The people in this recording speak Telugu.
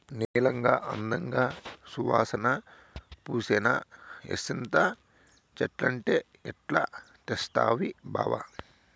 నీలంగా, అందంగా, సువాసన పూలేనా హైసింత చెట్లంటే ఏడ తెస్తవి బావా